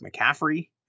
McCaffrey